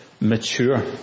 mature